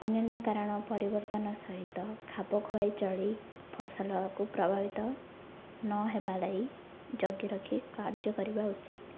ଅନ୍ୟାନ୍ୟ କାରଣ ପରିବର୍ତ୍ତନ ସହିତ ଖାପ ଖୁଆଇ ଚଳି ଫସଲକୁ ପ୍ରଭାବିତ ନ ହେବା ଲାଗ ଜଗିରଖି କାର୍ଯ୍ୟ କରିବା ଉଚିତ୍